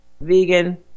vegan